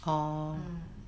hmm